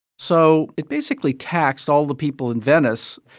so it, basically, taxed all the people in venice,